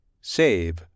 save